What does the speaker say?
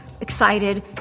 excited